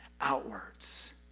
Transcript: outwards